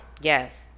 yes